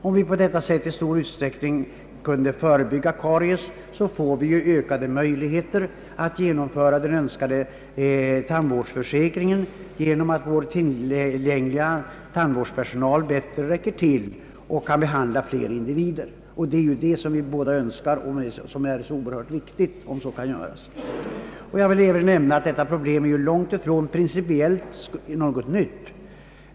Om vi på detta sätt i stor utsträckning kan förebygga karies får vi ökade möjligheter att genomföra den önskade tandvårdsförsäkringen genom att vår tillgängliga tandvårdspersonal bättre räcker till och kan behandla fler individer; det är ju det vi önskar, det är ju så oerhört betydelsefullt för samhället om så kan bli fallet. Detta problem är ju principiellt långt ifrån någonting nytt.